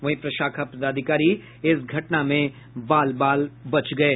वहीं प्रशाखा पदाधिकारी इस घटना में बाल बाल बच गये